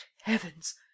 heavens